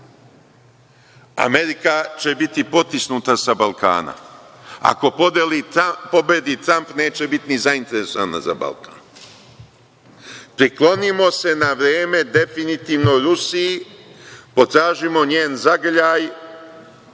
Amerika će biti potisnuta sa Balkana. Ako pobedi Tramp neće biti ni zainteresovana za Balkan. Priklonimo se na vreme definitivno Rusiji, potražimo njen zagrljaj